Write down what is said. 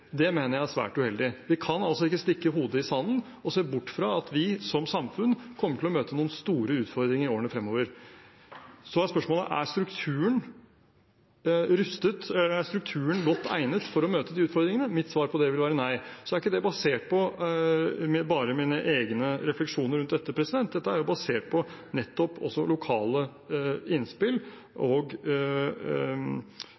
Det mener jeg er svært uheldig. Vi kan ikke stikke hodet i sanden og se bort fra at vi som samfunn kommer til å møte noen store utfordringer i årene fremover. Da er spørsmålet: Er strukturen godt egnet for å møte disse utfordringene? Mitt svar på det vil være nei. Det er ikke basert bare på mine egne refleksjoner rundt dette, det er også basert på nettopp lokale innspill,